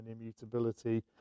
immutability